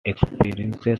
experiences